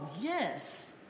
yes